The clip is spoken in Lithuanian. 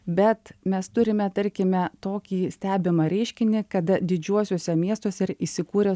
bet mes turime tarkime tokį stebimą reiškinį kada didžiuosiuose miestuose ir įsikūrę